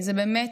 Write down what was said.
כי באמת,